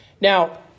Now